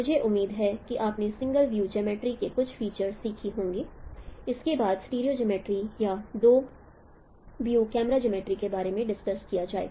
मुझे उम्मीद है कि आपने सिंगल व्यू ज्योमेट्री की कुछ फीचर्स सीखी होंगी इसके बाद स्टीरियो ज्योमेट्री या दो व्यूस कैमरा ज्योमेट्री के बारे में डिस्कस की जाएगी